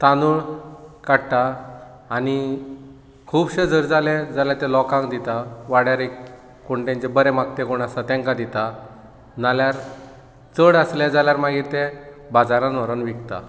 तांदूळ कडटा आनी खूबशे जर जालें जाल्यार तें लोकांक दिता वाड्यार एक कोण तेंचें बरें मागते आसा तेंकां दिता नाल्यार चड आसले जाल्यार मागीर ते बाजारान व्हरून विकता